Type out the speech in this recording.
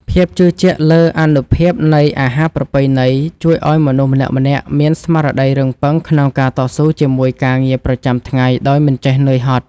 ភាពជឿជាក់លើអានុភាពនៃអាហារប្រពៃណីជួយឱ្យមនុស្សម្នាក់ៗមានស្មារតីរឹងប៉ឹងក្នុងការតស៊ូជាមួយការងារប្រចាំថ្ងៃដោយមិនចេះនឿយហត់។